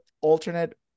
alternate